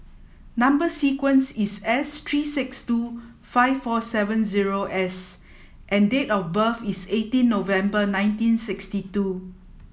number sequence is S three six two five four seven zero S and date of birth is eighteen November nineteen sixty two